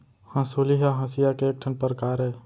हँसुली ह हँसिया के एक ठन परकार अय